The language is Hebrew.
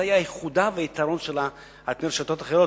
זה היה ייחודה והיתרון שלה על רשתות אחרות,